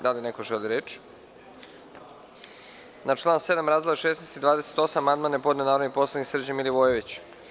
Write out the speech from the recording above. Da li neko želi reč? (Ne.) Na član 7. razdele 16. i 28. amandman je podneo narodni poslanik Srđan Milivojević.